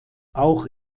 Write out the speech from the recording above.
auch